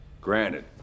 Granted